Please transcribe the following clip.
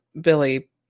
Billy